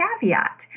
caveat